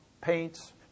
paints